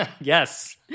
Yes